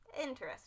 interesting